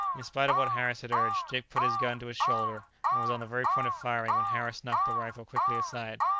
in spite of what harris had urged, dick put his gun to his shoulder, and was on the very point of firing, when harris knocked the rifle quickly aside.